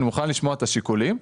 אני מוכן לשמוע את השיקולים.